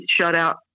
shutout